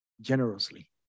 generously